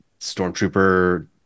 Stormtrooper